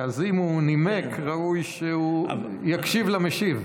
אז אם הוא נימק, ראוי שהוא יקשיב למשיב.